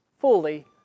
fully